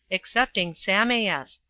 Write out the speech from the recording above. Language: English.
excepting sameas,